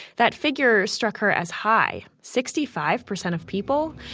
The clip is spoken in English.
that figure struck her as high. sixty-five percent of people,